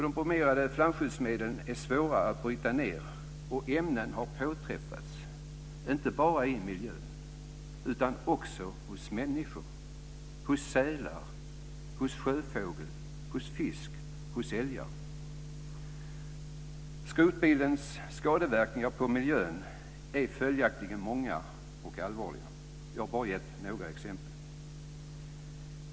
De bromerade flamskyddsmedlen är svåra att bryta ned och ämnena har påträffats inte bara i miljön utan också hos människor, hos sälar, hos sjöfågel, hos fisk och hos älgar. Skrotbilens skadeverkningar på miljön är följaktligen många och allvarliga. Jag har bara gett några exempel.